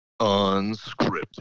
Unscripted